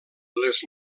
les